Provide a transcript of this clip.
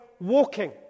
walking